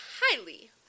highly